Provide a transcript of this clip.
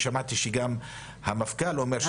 שמעתי שגם המפכ"ל אומר שצריך להקים.